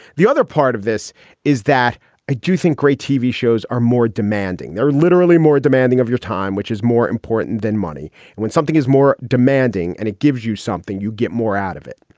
the other part of this is that i do think great tv shows are more demanding. they're literally more demanding of your time, which is more important than money. and when something is more demanding and it gives you something, you get more out of it.